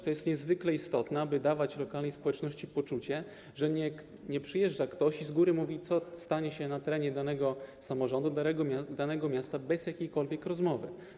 To jest niezwykle istotne, aby dawać lokalnej społeczności poczucie, że nie przyjeżdża ktoś i z góry mówi, co stanie się na terenie danego samorządu, danego miasta - bez jakiejkolwiek rozmowy.